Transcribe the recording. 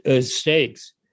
stakes